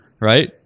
Right